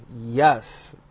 Yes